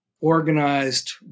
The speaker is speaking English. organized